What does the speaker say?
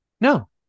no